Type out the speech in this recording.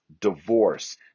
divorce